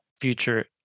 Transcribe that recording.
future